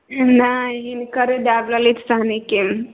नहि हिनकरे देब ललित साहनीके